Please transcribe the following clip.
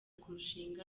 kurushinga